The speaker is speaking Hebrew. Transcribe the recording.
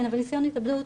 כן אבל ניסיון התאבדות,